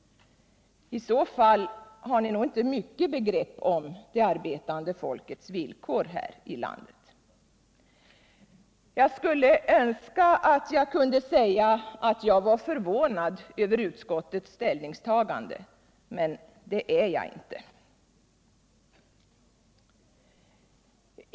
I så fall har ni inte mycket begrepp om det arbetande folkets villkor här i landet. Jag skulle önska att jag kunde säga att jag var förvånad över utskottets ställningstagande —- men det | kan jag inte.